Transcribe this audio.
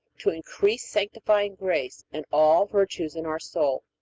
to increase sanctifying grace and all virtues in our soul.